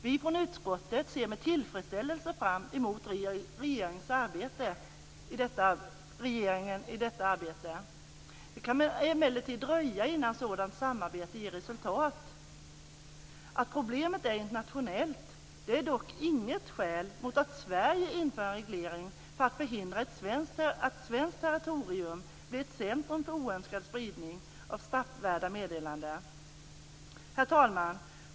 Vi från utskottet ser med tillfredsställelse fram emot regeringens arbete i detta avseende. Det kan emellertid dröja innan sådant samarbete ger resultat. Att problemet är internationellt är dock inget skäl mot att Sverige inför en reglering för att förhindra att svenskt territorium blir ett centrum för oönskad spridning av straffvärda meddelanden. Herr talman!